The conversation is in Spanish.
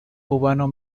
cubano